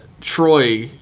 Troy